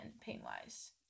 pain-wise